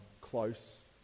close